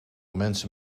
mensen